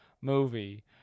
movie